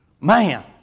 Man